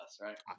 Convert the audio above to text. right